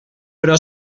però